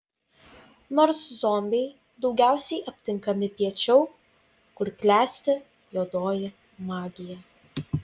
nors zombiai daugiausiai aptinkami piečiau kur klesti juodoji magija